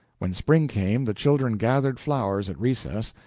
when spring came, the children gathered flowers at recess,